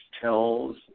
tells